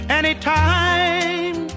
anytime